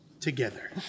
together